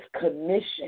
commission